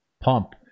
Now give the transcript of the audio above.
pump